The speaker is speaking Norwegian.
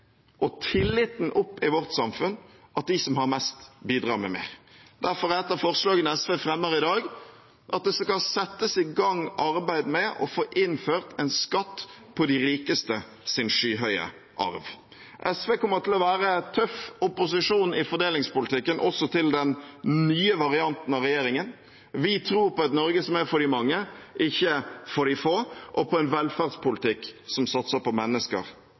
og tilliten opp i vårt samfunn at de som har mest, bidrar med mer. Derfor er et av forslagene SV fremmer i dag, at det skal settes i gang arbeid med å få innført en skatt på de rikestes skyhøye arv. SV kommer til å være en tøff opposisjon i fordelingspolitikken, også til den nye varianten av regjeringen. Vi tror på et Norge som er for de mange, ikke for de få, og på en velferdspolitikk som satser på mennesker,